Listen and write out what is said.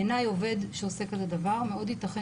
בעיניי עובד שעושה כזה דבר מאוד ייתכן